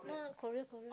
no no Korea Korea